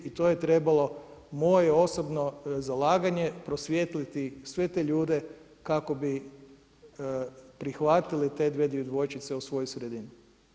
I to je trebalo, moje osobno zalaganje prosvijetliti sve te ljude kako bi prihvatili te dvije djevojčice u svoju sredinu.